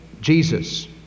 Jesus